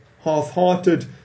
half-hearted